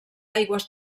aigües